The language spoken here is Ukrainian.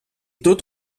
тут